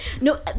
no